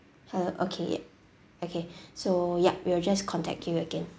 uh okay ya okay so ya we'll just contact you again